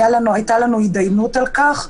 הייתה לנו התדיינות על כך.